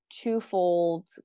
twofold